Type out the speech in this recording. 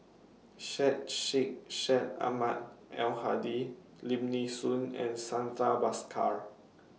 Syed Sheikh Syed Ahmad Al Hadi Lim Nee Soon and Santha Bhaskar